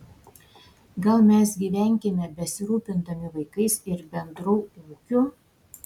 gal mes gyvenkime besirūpindami vaikais ir bendru ūkiu